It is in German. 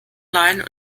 leihen